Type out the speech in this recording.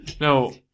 no